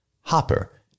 Hopper